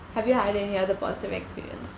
have you had any other positive experience